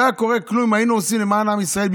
לא היה קורה כלום אם היינו עושים זאת למען עם ישראל,